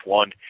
one